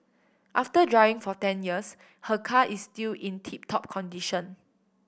after driving for ten years her car is still in tip top condition